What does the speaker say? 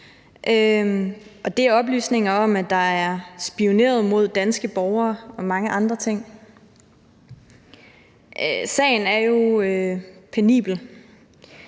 Det er oplysninger om, at der er spioneret imod danske borgere og mange andre ting. Sagen er jo penibel,